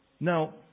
Now